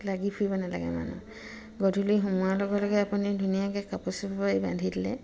লাগি ফুৰিব নালাগে মানুহ গধূলি সোমোৱাৰ লগে লগে আপুনি ধুনীয়াকৈ কাপোৰ চাপোৰে বান্ধি দিলে